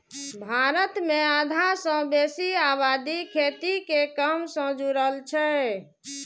भारत मे आधा सं बेसी आबादी खेती के काम सं जुड़ल छै